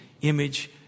image